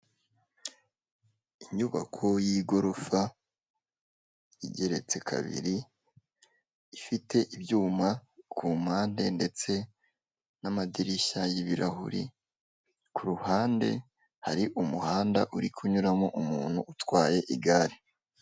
Inyubako y'igorofa, igeretse kabiri ifite ibyuma ku mpande ndetse namadirishya y'ibirahuri, ku ruhande hari umuhanda uri kunyuramo umuntu utwaye igare.